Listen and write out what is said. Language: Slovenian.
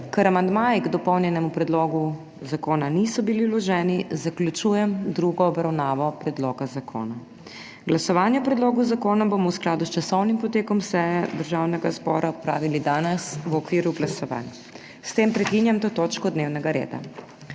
Ker amandmaji k dopolnjenemu predlogu zakona niso bili vloženi, zaključujem drugo obravnavo predloga zakona. Glasovanje o predlogu zakona bomo v skladu s časovnim potekom seje Državnega zbora opravili danes v okviru glasovanj. S tem prekinjam to točko dnevnega reda.